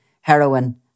heroin